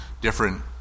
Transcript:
different